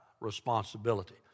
responsibility